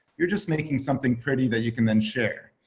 you're just making something pretty that you can then share.